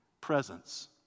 presence